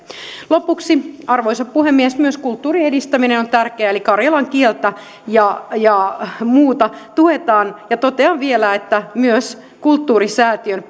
lopuksi arvoisa puhemies myös kulttuurin edistäminen on tärkeää eli karjalan kieltä ja ja muuta tuetaan totean vielä että myös kulttuurisäätiön